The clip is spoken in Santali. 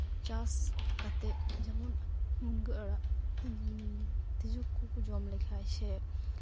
ᱪᱟᱥ ᱠᱟᱛᱮᱫ ᱡᱮᱢᱚᱱ ᱢᱩᱱᱜᱟᱹ ᱟᱲᱟᱜ ᱛᱤᱸᱡᱩ ᱠᱚᱠᱚ ᱡᱚᱢ ᱞᱮᱠᱷᱟᱡ ᱥᱮ